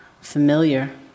familiar